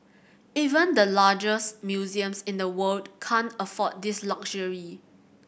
even the largest museums in the world can't afford this luxury